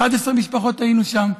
11 משפחות היינו שם,